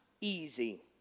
easy